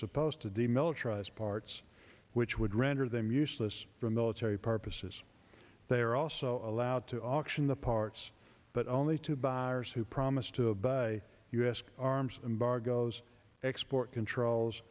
supposed to demilitarize parts which would render them useless for military purposes they are also allowed to auction the parts but only to buyers who promise to buy u s arms embargoes export controls